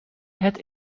het